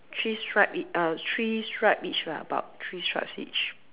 three stripes ea~ uh three stripes each lah about three stripes each